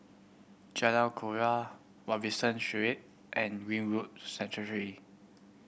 Jalan Kelawar Robinson Suite and Greenwood Sanctuary